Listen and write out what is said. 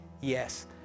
yes